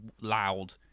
loud